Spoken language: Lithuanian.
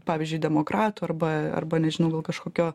pavyzdžiui demokratų arba arba nežinau dėl kažkokio